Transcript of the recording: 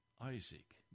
Isaac